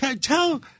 Tell